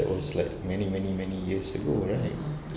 that was like many many many years ago right